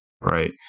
right